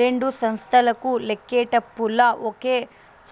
రెండు సంస్తలకు లెక్కేటపుల్ల ఒకే